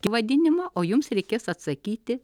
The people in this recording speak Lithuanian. vadinimo o jums reikės atsakyti